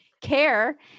care